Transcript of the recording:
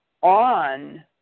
on